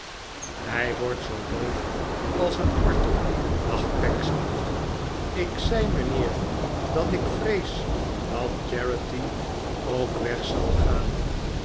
hij wordt zoo doof als een kwartel dacht pecksniff ik zei mijnheer dat ik vrees dat charity ook weg zal gaan